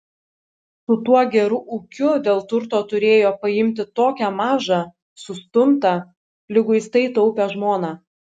su tuo geru ūkiu dėl turto turėjo paimti tokią mažą sustumtą liguistai taupią žmoną